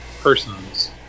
persons